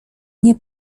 nie